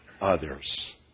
others